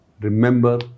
remember